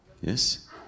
Yes